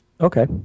Okay